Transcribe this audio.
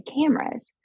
cameras